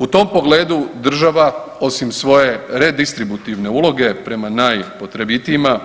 U tom pogledu država osim svoje redistributivne uloge prema najpotrebitijima,